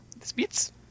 Spitz